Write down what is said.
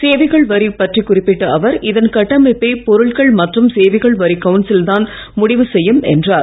சேவைகள் வரி பற்றி குறிப்பிட்ட அவர் இதன் கட்டமைப்பை பொருட்கள் மற்றும் சேவைகள் வரி கவுன்சில் தான் முடிவு செய்யும் என்றார்